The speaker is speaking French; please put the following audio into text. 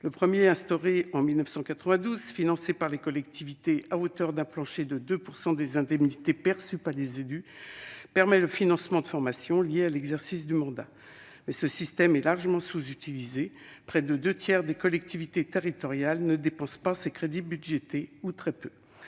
Le premier, instauré en 1992 et financé par les collectivités à hauteur d'un plancher de 2 % des indemnités perçues par les élus, permet le financement de formations liées à l'exercice du mandat. Ce système est largement sous-utilisé, près de deux tiers des collectivités territoriales ne dépensant pas ces crédits budgétés, ou ne les